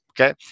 Okay